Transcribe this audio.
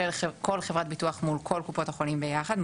כל חברת ביטוח מול כל קופות החולים ביחד,